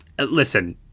listen